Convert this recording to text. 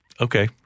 Okay